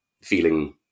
feeling